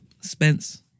Spence